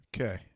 Okay